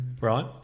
Right